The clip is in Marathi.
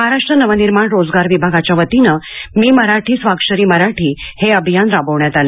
महाराष्ट्र नवनिर्माण रोजगार विभागाच्या वतीनं मी मराठीस्वाक्षरी मराठी हे अभियान राबवण्यात आले